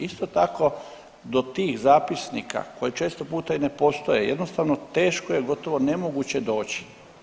Isto tako, do tih zapisnika koji često puta i ne postoje, jednostavno teško je, gotovo nemoguće doći.